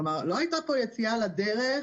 כלומר, לא הייתה כאן יציאה לדרך